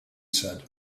said